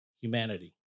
humanity